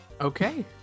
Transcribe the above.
Okay